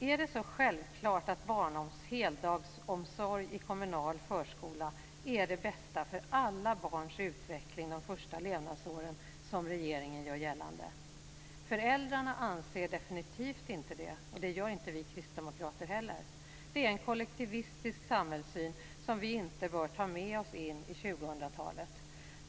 Är det så självklart att heldagsomsorg i kommunal förskola är det bästa för alla barns utveckling de första levnadsåren, som regeringen gör gällande? Föräldrarna anser det definitivt inte och inte vi kristdemokrater heller. Det är en kollektivistisk samhällssyn som vi inte bör ta med oss in i 2000-talet.